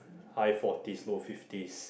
high forties low fifties